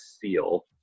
seal